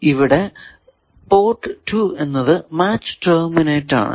ഇവിടെ പോർട്ട് 2 എന്നത് match terminate ആണ്